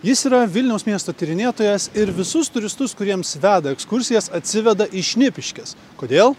jis yra vilniaus miesto tyrinėtojas ir visus turistus kuriems veda ekskursijas atsiveda į šnipiškes kodėl